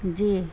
جی